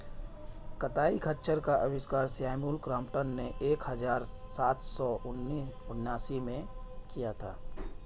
कताई खच्चर का आविष्कार सैमुअल क्रॉम्पटन ने एक हज़ार सात सौ उनासी में किया था